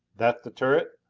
that the turret?